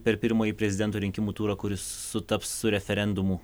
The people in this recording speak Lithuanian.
per pirmąjį prezidento rinkimų turą kuris sutaps su referendumu